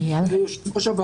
כי יש לזה הרי